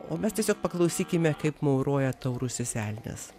o mes tiesiog paklausykime kaip mauroja taurusis elnias